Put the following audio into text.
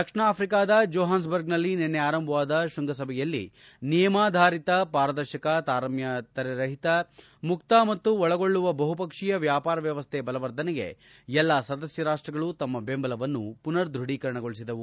ದಕ್ಷಿಣ ಆಫ್ರಿಕಾದ ಜೋಹಾನ್ಸ್ಬರ್ಗ್ನಲ್ಲಿ ನಿನ್ನೆ ಆರಂಭವಾದ ಶೃಂಗಸಭೆಯಲ್ಲಿ ನಿಯಮಾಧಾರಿತ ಪಾರದರ್ಶಕ ತಾರತಮ್ಯರಹಿತ ಮುಕ್ತ ಮತ್ತು ಒಳಗೊಳ್ಳುವ ಬಹುಪಕ್ಷೀಯ ವ್ಯಾಪಾರ ವ್ಯವಸ್ಠೆ ಬಲವರ್ಧನೆಗೆ ಎಲ್ಲ ಸದಸ್ಯ ರಾಷ್ವಗಳು ತಮ್ಮ ಬೆಂಬಲವನ್ನು ಪುನರ್ ದೃಢೀಕರಣಗೊಳಿಸಿದವು